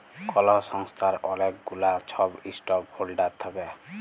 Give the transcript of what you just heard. call সংস্থার অলেক গুলা ছব ইস্টক হল্ডার থ্যাকে